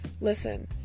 Listen